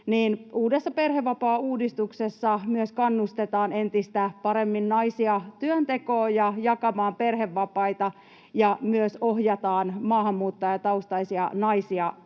Uudessa perhevapaauudistuksessa myös kannustetaan entistä paremmin naisia työntekoon ja jakamaan perhevapaita ja myös ohjataan maahanmuuttajataustaisia naisia